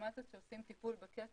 ולעומת זאת כשעושים טיפול בקצף